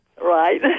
Right